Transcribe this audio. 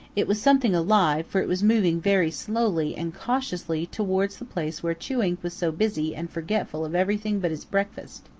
it was something alive, for it was moving very slowly and cautiously towards the place where chewink was so busy and forgetful of everything but his breakfast.